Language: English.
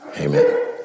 Amen